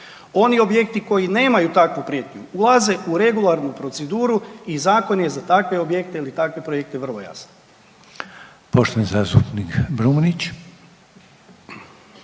Oni objekti koji nemaju takvu prijetnju ulaze u regularnu proceduru i zakon je za takve objekte ili takve projekte vrlo jasan.